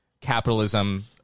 capitalism